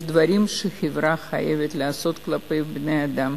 דברים שהחברה חייבת לעשות כלפי בני-אדם.